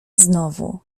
znowu